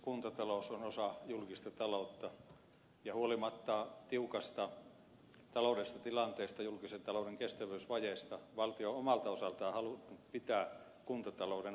kuntatalous on osa julkista taloutta ja huolimatta tiukasta taloudellisesta tilanteesta julkisen talouden kestävyysvajeesta valtio omalta osaltaan haluaa pitää kuntatalouden vakaana